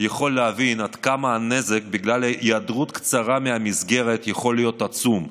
יכול להבין עד כמה הנזק בגלל היעדרות קצרה מהמסגרת יכול להיות עצום.